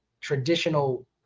traditional